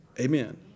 Amen